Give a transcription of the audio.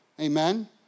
amen